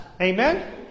amen